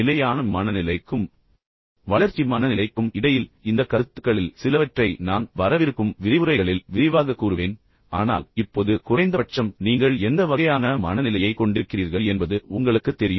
நிலையான மனநிலைக்கும் வளர்ச்சி மனநிலைக்கும் இடையில் இந்த கருத்துக்களில் சிலவற்றை நான் வரவிருக்கும் விரிவுரைகளில் விரிவாகக் கூறுவேன் ஆனால் இப்போது குறைந்தபட்சம் நீங்கள் எந்த வகையான மனநிலையைக் கொண்டிருக்கிறீர்கள் என்பது உங்களுக்குத் தெரியும்